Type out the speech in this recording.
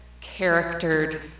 charactered